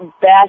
best